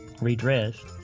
redressed